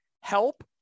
help